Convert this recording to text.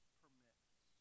permits